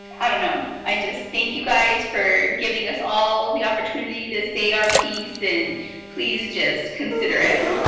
i don't know. i just thank you guys for giving us all the opportunity to say our piece and please just consider it.